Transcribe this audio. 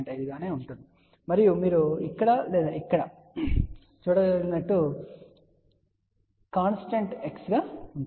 5 గానే ఉంటుంది మరియు మీరు ఇక్కడ లేదా ఇక్కడ చూడగలిగినట్లుగా ఇవి కాన్స్ టెంట్ X గా ఉంటాయి